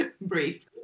brief